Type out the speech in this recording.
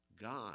God